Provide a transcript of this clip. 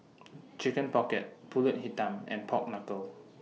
Chicken Pocket Pulut Hitam and Pork Knuckle